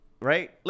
Right